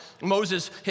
Moses